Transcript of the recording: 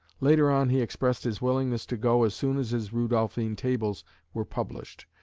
later on he expressed his willingness to go as soon as his rudolphine tables were published,